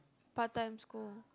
part time school